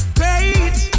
great